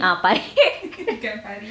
ah pari